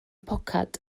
poced